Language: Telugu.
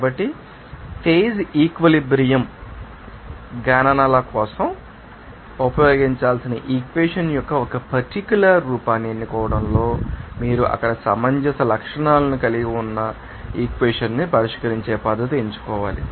కాబట్టి ఫేజ్ ఈక్విలిబ్రియం గణనల కోసం ఉపయోగించాల్సిన ఈక్వెషన్ యొక్క ఒక పర్టిక్యూలర్ రూపాన్ని ఎన్నుకోవడంలో మీరు అక్కడ సమంజస లక్షణాలను కలిగి ఉన్న ఈక్వేషన్ ాన్ని పరిష్కరించే పద్ధతిని ఎంచుకోవాలి